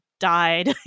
died